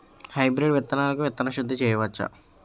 Hybrid విత్తనాలకు విత్తన శుద్ది చేయవచ్చ?